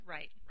Right